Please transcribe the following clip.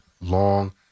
long